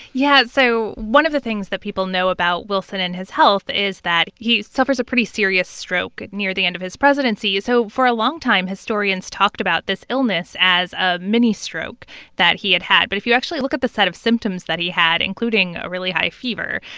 yeah, so one of the things that people know about wilson and his health is that he suffers a pretty serious stroke near the end of his presidency. so, for a long time, historians talked about this illness as a mini-stroke that he had had. but if you actually look at the set of symptoms that he had, including a really high fever,